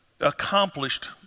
accomplished